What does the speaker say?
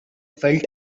felt